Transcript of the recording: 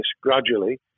gradually